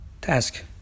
task